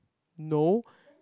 no